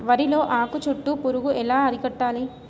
వరిలో ఆకు చుట్టూ పురుగు ఎలా అరికట్టాలి?